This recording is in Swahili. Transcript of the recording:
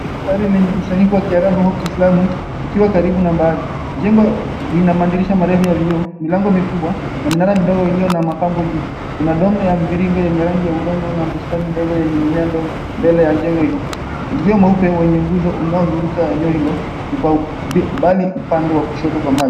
Feri lenye usanifu wa Kiarabu au Kiislamu likiwa karibu na bahari. Jengo lina madirisha marefu ya vioo, milango mikubwa na minara midogo iliyo na mapambo juu. Kuna dome ya mviringo yenye rangi ya udongo na bustani ndogo yenye mimea mbele ya jengo hilo. Uzio mweupe wenye nguzo unaozunguka eneo hilo, vifau mbali upande wa kushoto kwa maji.